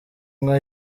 nka